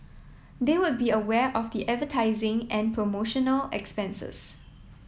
they would be aware of the advertising and promotional expenses